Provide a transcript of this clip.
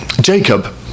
Jacob